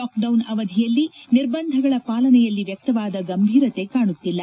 lockdown ಅವಧಿಯಲ್ಲಿ ನಿರ್ಬಂಧಗಳ ಪಾಲನೆಯಲ್ಲಿ ವ್ಯಕ್ತವಾದ ಗಂಭೀರತೆ ಕಾಣುತ್ತಿಲ್ಲ